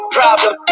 problem